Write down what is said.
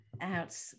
out